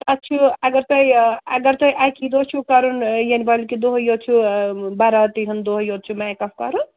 تَتھ چھُ اگر تۄہہِ اگر تۄہہِ اَکی دۄہ چھُو کَرُن یِنہِ والہِ کہ دۄہٕے یوت چھُ براتی ہُنٛد دۄہ یوت چھُو میک اَپ کَرُن